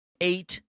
Eight